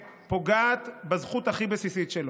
ופוגעת בזכות הכי בסיסית שלו,